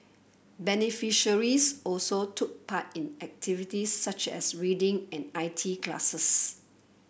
beneficiaries also took part in activities such as reading and I T classes